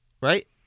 right